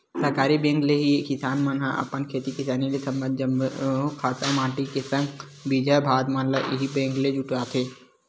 सहकारी बेंक ले ही किसान मन ह अपन खेती किसानी ले संबंधित जम्मो खातू माटी के संग बीजहा भात मन ल इही बेंक ले जुटाथे